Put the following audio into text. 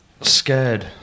scared